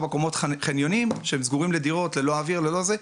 קומות חניונים שהם סגורים לדירות ללא אוויר וללא כלום.